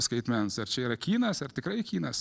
skaitmens ar čia yra kinas ar tikrai kinas